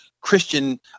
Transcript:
Christian